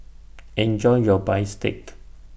Enjoy your Bistake